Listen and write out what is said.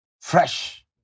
fresh